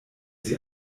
sie